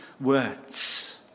words